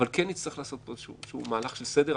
אבל כן נצטרך לעשות פה איזשהו מהלך של סדר.